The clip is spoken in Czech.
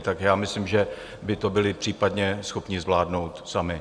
Takže já myslím, že by to byli případně schopni zvládnout sami.